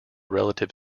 relative